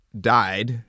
died